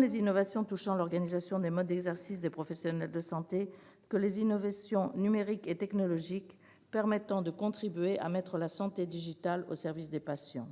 les innovations, celles qui touchent l'organisation des modes d'exercice des professionnels de santé comme les innovations numériques et technologiques permettant de contribuer à mettre la santé digitale au service des patients.